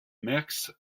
merckx